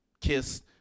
Kiss